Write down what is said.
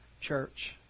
church